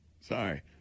Sorry